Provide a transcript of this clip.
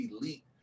elite